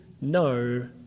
no